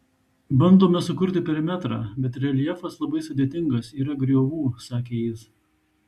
bandome sukurti perimetrą bet reljefas labai sudėtingas yra griovų sakė jis